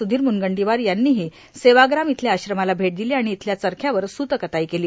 सुधिर मुनगंटीवार यांनी ही सेवाग्राम इथल्या आश्रमाला भेट दिली आणि इथल्या चरख्यावर स्रुत कताई केली